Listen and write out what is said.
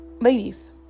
ladies